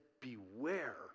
Beware